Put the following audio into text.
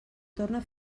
torna